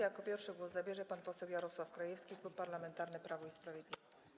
Jako pierwszy głos zabierze pan poseł Jarosław Krajewski, Klub Parlamentarny Prawo i Sprawiedliwość.